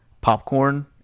Popcorn